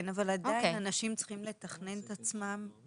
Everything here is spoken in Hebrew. כן, אבל עדיין אנשים צריכים לתכנן את עצמם.